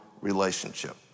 relationship